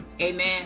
Amen